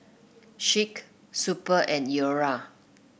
Schick Super and Iora